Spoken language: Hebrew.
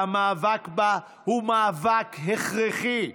והמאבק בה הוא מאבק הכרחי.